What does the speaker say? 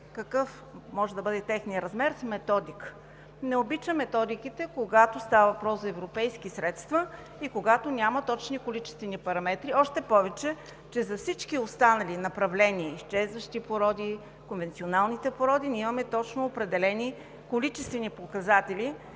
какъв може да бъде техният размер – с методика. Не обичам методиките, когато става въпрос за европейски средства и когато няма точни количествени параметри. Още повече че за всички останали направления – изчезващи породи, конвенционалните породи, ние имаме точно определени количествени показатели